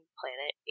planet